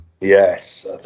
Yes